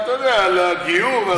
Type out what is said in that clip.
אתה יודע, על הגיור.